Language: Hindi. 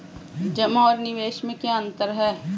जमा और निवेश में क्या अंतर है?